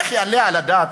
איך יעלה על הדעת,